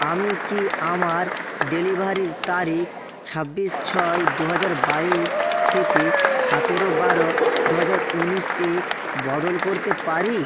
আমি কি আমার ডেলিভারির তারিখ ছাব্বিশ ছয় দু হাজার বাইশ থেকে সাতেরো বারো দু হাজার উনিশ এ বদল করতে পারি